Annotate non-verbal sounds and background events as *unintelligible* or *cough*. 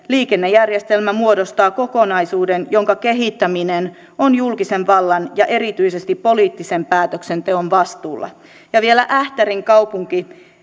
liikennejärjestelmä muodostaa kokonaisuuden jonka kehittäminen on julkisen vallan ja erityisesti poliittisen päätöksenteon vastuulla ja vielä ähtärin kaupunki *unintelligible*